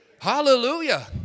Hallelujah